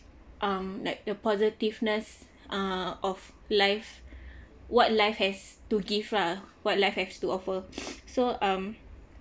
um like the positiveness uh of life what life has to give lah what life has to offer so um